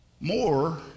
more